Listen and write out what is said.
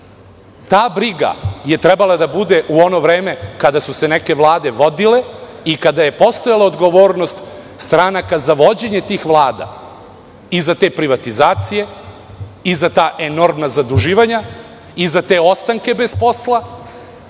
briga je trebala da bude u ono vreme kada su se neke vlade vodile, i kada je postojala odgovornost stranaka za vođenje tih vlada i za te privatizacije, i za ta enormna zaduživanja, i za te ostanke bez posla,